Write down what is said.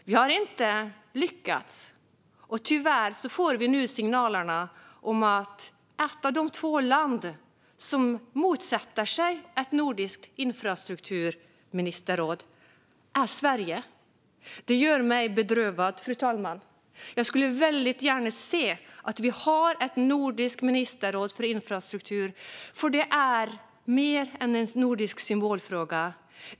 Vi har inte lyckats, och tyvärr får vi nu signaler om att ett av de två länder som motsätter sig ett nordiskt infrastrukturministerråd är Sverige. Detta gör mig bedrövad, fru talman. Jag skulle väldigt gärna se att vi har ett nordiskt ministerråd för infrastruktur, för det är mer än en nordisk symbolfråga.